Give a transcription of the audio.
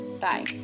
Bye